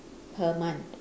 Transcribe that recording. per month